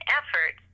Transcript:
effort